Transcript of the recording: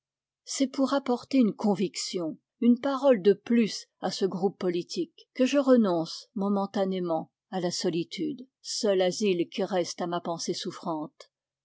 c'est pour apporter une conviction une parole de plus à ce groupe politique que je renonce momentanément à la solitude seul asile qui reste à ma pensée souffrante